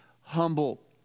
humble